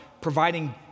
providing